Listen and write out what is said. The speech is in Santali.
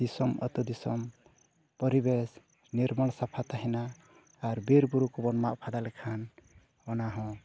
ᱫᱤᱥᱚᱢ ᱟᱹᱛᱩ ᱫᱤᱥᱚᱢ ᱯᱚᱨᱤᱵᱮᱥ ᱱᱤᱨᱢᱚᱞ ᱥᱟᱯᱷᱟ ᱛᱟᱦᱮᱱᱟ ᱟᱨ ᱵᱤᱨᱼᱵᱩᱨᱩ ᱠᱚᱵᱚᱱ ᱢᱟᱜ ᱯᱷᱟᱫᱟ ᱞᱮᱠᱷᱟᱱ ᱚᱱᱟᱦᱚᱸ